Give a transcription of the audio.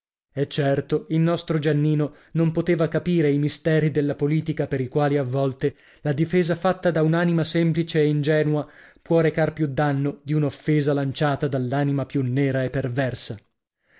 e certo il nostro giannino non poteva capire i misteri della politica per i quali a volte la difesa fatta da un'anima semplice e ingenua può recar più danno di un'offesa lanciata dall'anima più nera e perversa